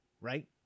Right